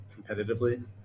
competitively